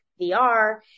VR